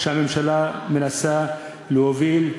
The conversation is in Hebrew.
התירוץ גרוע מהעוול שהממשלה מנסה להוביל,